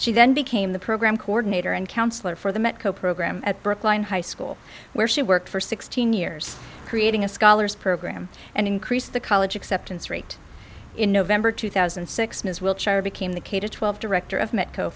then became the program coordinator and counselor for the met co program at brookline high school where she worked for sixteen years creating a scholars program and increased the college acceptance rate in november two thousand and six ms wiltshire became the k to twelve director of m